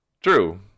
True